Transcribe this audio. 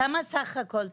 כמה סך הכול תקציב?